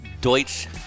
Deutsch